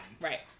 Right